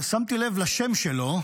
שמתי לב לשם שלו,